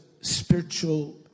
spiritual